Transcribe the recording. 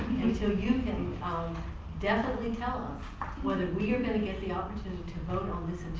until you can um definitely tell us whether we're going to get the opportunity to vote on this in two